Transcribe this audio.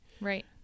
right